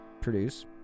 produce